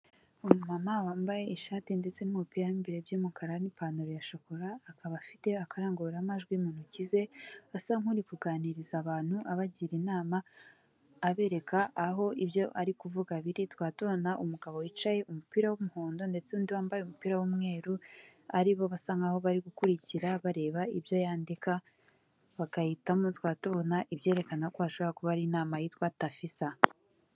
Umumama wambaye ishati ndetse n'umupira mo imbere by'umukara n'ipantaro ya shokora akaba afite akarangururamajwi mu ntoki ze asa nk'uri kuganiriza abantu abagira inama abereka aho ibyo ari kuvuga biri tukaba tubona umugabo wicaye umupira w'umuhondo ndetse n'undi wambaye umupira w'umweru aribo basa nkaho bari gukurikira bareba ibyo yandika bagahitamo tukba tubona ibyerekana ko ashobora kuba ari inama yitwa Tafisa.